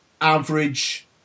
average